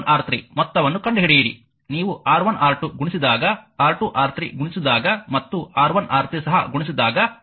R1R2R2R3R1R3 ಮೊತ್ತವನ್ನು ಕಂಡುಹಿಡಿಯಿರಿ ನೀವು R1R2 ಗುಣಿಸಿದಾಗ R2R3 ಗುಣಿಸಿದಾಗ ಮತ್ತು R1R3 ಸಹ ಗುಣಿಸಿದಾಗ